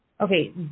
Okay